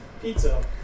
Pizza